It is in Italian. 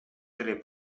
delle